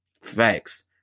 Facts